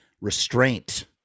restraint